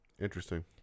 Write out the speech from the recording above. Interesting